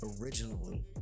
originally